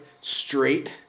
straight